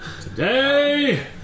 Today